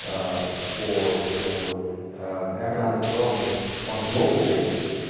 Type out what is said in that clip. for for economic development on a global basis,